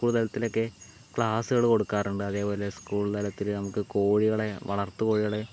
school തലത്തിലൊക്കെ ക്ലാസ്സ്കൾ കൊടുക്കാറുണ്ട് അതേപോലെ സ്കൂൾ തലത്തിൽ നമുക്ക് കോഴികളെ വളർത്ത് കോഴികളെ